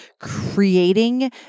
creating